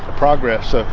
progress